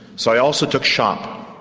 so i also talk shop.